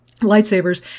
lightsabers